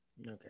Okay